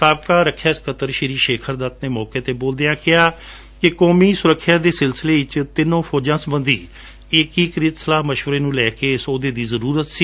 ਸਾਬਕਾ ਰੱਖਿਆ ਸਕੱਤਰ ਸ਼ੀ ਸ਼ੇਖਰ ਦੱਤ ਨੇ ਮੌਕੇ ਤੇ ਬੋਲਦਿਆਂ ਕਿਹਾ ਕਿ ਕੌਮੀ ਸੁਰੱਖਿਆ ਦੇ ਸਿਲਸਿਲੇ ਵਿਚ ਤਿੰਨੇ ਫੌਜਾਂ ਸਬੰਧੀ ਏਕੀਕ੍ਤਿ ਸਲਾਹ ਮਸ਼ਵਰੇ ਨੂੰ ਲੈਕੇ ਇਸ ਅਹੁਦੇ ਦੀ ਜਰੂਰਤ ਸੀ